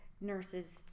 nurses